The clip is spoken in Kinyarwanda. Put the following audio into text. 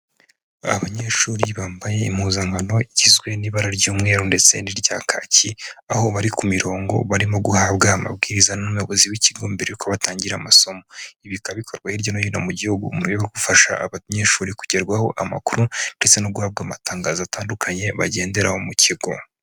Abanyeshuri bambaye impuzankano igizwe n'ibara ry'umweru ndetse n'irya kaki, aho bari ku mirongo barimo guhabwa amabwiriza n'umuyobozi w'ikigo mbere yuko batangira amasomo, ibi bikaba bikorwa hirya no hino mu gihugu mu buryo bwo gufasha abanyeshuri kugerwaho amakuru ndetse no guhabwa amatangazo atandukanye bagenderaho mu kigo.